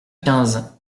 quinze